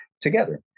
together